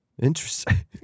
Interesting